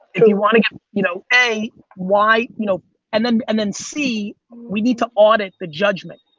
you want to get, you know, a, why, you know and then and then c, we need to audit the judgment.